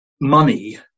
money